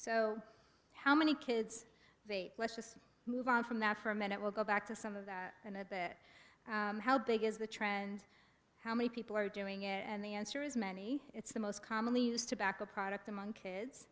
so how many kids let's just move on from that for a minute we'll go back to some of that and a bit how big is the trend how many people are doing it and the answer is many it's the most commonly used to back a product among kids